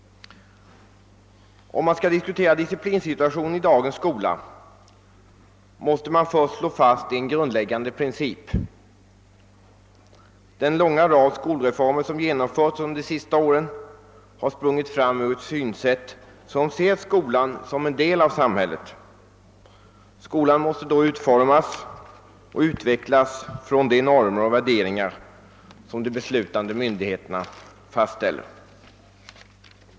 Om man skall diskutera disciplinsituationen i dagens skola, måste man först slå fast en grundläggande princip. Den långa rad skolreformer, som genomförts under de senaste åren, har sprungit fram ur ett synsätt, som ser skolan som en del av samhället. Skolan måste då utformas och utvecklas utifrån de normer och värderingar som de beslutande myndigheterna fastställer.